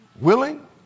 Willing